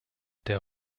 der